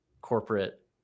corporate